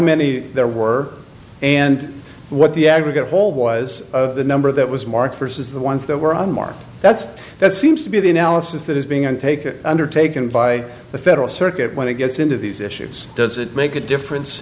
many there were and what the aggregate whole was of the number that was marked first as the ones that were unmarked that's that seems to be the analysis that is being and take undertaken by the federal circuit when it gets into these issues does it make a difference